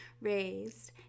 raised